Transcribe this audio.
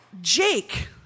Jake